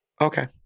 okay